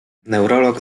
neurolog